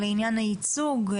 לעניין הייצוג?